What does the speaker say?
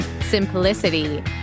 simplicity